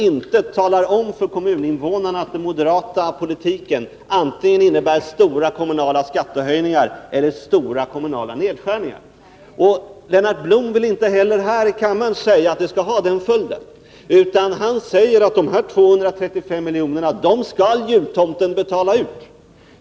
De talar inte om för kommuninvånarna att den moderata politiken innebär antingen stora kommunala skattehöjningar eller stora kommunala nedskärningar. Lennart Blom vill inte heller här i kammaren säga att hans politik får den följden, utan han säger att jultomten skall betala ut de 235 miljonerna.